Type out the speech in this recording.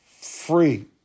free